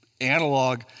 analog